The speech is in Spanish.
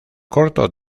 corto